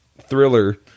thriller